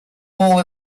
all